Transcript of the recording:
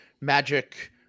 Magic